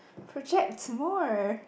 project more